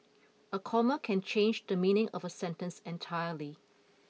a comma can change the meaning of a sentence entirely